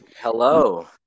hello